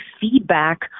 feedback